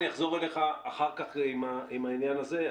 אני אחזור אליך אחר כך עם העניין הזה.